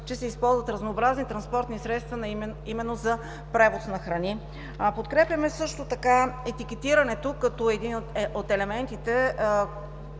че се използват разнообразни транспортни средства именно за превоз на храни. Подкрепяме също така етикетирането, като един от елементите,